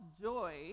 joy